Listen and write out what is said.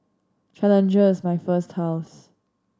Challenger is my first house